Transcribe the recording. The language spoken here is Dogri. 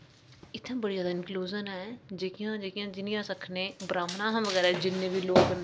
इत्थै बड़ा जैदा इंकलूजंन ऐ जेह्कियां जेह्कियां जि'यां अस आखने ब्राह्मण शा बगैरा लोक न